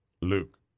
Luke